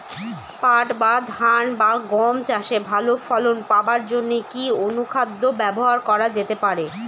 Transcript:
পাট বা ধান বা গম চাষে ভালো ফলন পাবার জন কি অনুখাদ্য ব্যবহার করা যেতে পারে?